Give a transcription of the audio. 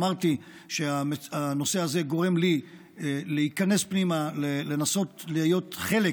אמרתי שהנושא הזה גורם לי להיכנס פנימה ולנסות להיות חלק